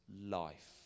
life